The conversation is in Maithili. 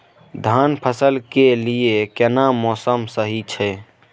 धान फसल के लिये केना मौसम सही छै?